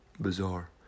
bizarre